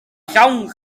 llawn